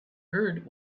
heard